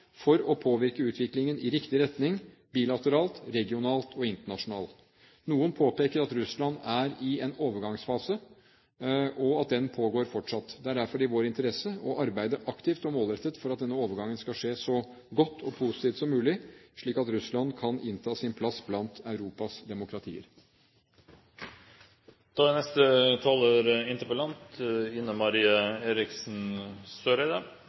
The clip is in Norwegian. for å påvirke utviklingen i riktig retning – bilateralt, regionalt og internasjonalt. Noen påpeker at Russland er i en overgangsfase, at den pågår fortsatt. Det er derfor i vår interesse å arbeide aktivt og målrettet for at denne overgangen skal skje på en så god og positiv måte som mulig, slik at Russland kan innta sin plass blant Europas